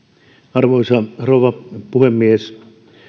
arvoisa rouva puhemies